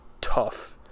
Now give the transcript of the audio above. tough